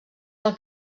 del